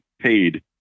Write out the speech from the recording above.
paid